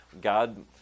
God